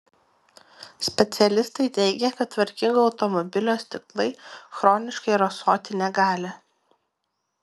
specialistai teigia kad tvarkingo automobilio stiklai chroniškai rasoti negali